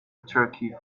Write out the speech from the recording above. turkey